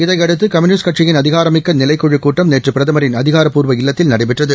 இதையடுத்து கம்யூனிஸ்ட் கட்சியின் அதிகாரமிக்கநிலைக்குழுக் கூட்டம் நேற்றுபிரதமரின் அதிகாரப்பூர்வ இல்லத்தில் நடைபெற்றது